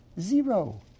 zero